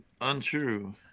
untrue